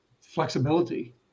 flexibility